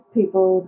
people